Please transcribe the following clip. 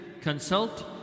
consult